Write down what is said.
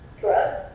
Drugs